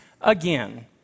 Again